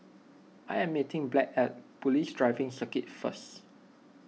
I am meeting Blanch at Police Driving Circuit first